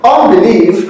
Unbelief